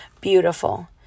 beautiful